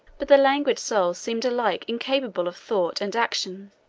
but their languid souls seemed alike incapable of thought and action.